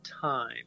time